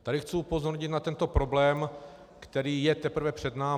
Tady chci upozornit na tento problém, který je teprve před námi.